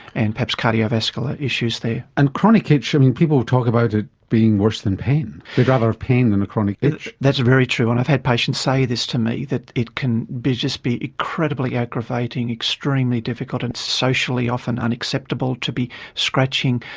and perhaps cardiovascular issues there. and chronic itch, i mean, people talk about it being worse than pain, they'd rather have pain than a chronic itch. that's very true, and i've had patients say this to me, that it can be just incredibly aggravating, extremely difficult and socially often unacceptable to be scratching.